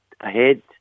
ahead